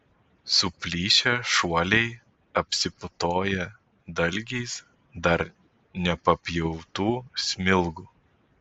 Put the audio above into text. suplyšę šuoliai apsiputoja dalgiais dar nepapjautų smilgų